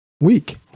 week